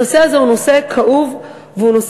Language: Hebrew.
הנושא הזה הוא נושא כאוב וקשה.